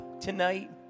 tonight